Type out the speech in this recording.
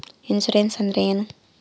Insurance ಅಂದ್ರೇನು?